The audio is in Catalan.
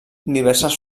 diverses